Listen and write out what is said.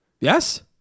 yes